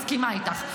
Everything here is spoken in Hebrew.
ואני מסכימה איתך.